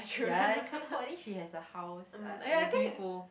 ya I think she has a house uh with swimming pool